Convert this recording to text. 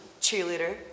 cheerleader